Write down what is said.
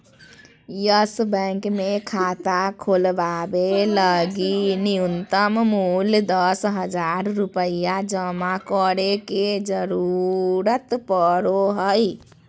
yes Bank मे खाता खोलवावे लगी नुय्तम मूल्य दस हज़ार रुपया जमा करे के जरूरत पड़ो हय